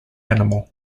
animal